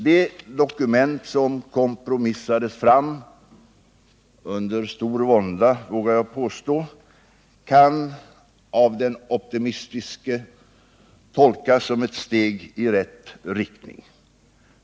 Det dokument som kompromissades fram — under stor vånda, vågar jag påstå — kan av den optimistiske tolkas som ett steg i rätt riktning.